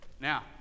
now